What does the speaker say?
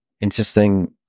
interesting